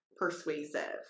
persuasive